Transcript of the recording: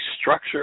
structure